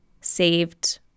saved